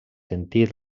sentit